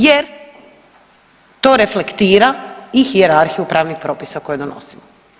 Jer, to reflektira i hijerarhiju pravnih propisa koje donosimo.